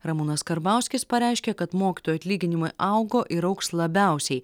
ramūnas karbauskis pareiškė kad mokytojų atlyginimai augo ir augs labiausiai